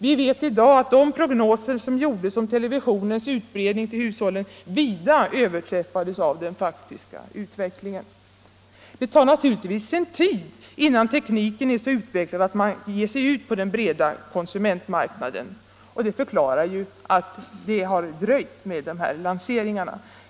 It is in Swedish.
Vi vet i dag att de prognoser som gjordes om televisionens utbredning till hushållen vida överträffades av den faktiska utvecklingen. Det tar naturligtvis sin tid innan tekniken är så utvecklad att man ger sig ut på den breda konsumentmarknaden, och det förklarar att det har dröjt med lanseringarna.